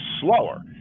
slower